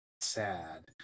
sad